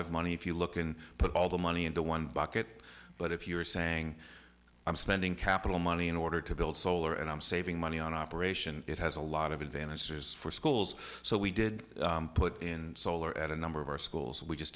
of money if you look and put all the money into one bucket but if you're saying i'm spending capital money in order to build solar and i'm saving money on operation it has a lot of advantages for schools so we did put in solar at a number of our schools we just